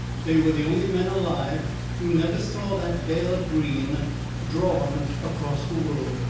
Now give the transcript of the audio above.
they were the only men alive who never saw that veil of green drawn across the world.